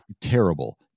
terrible